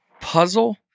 puzzle